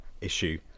issue